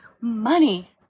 Money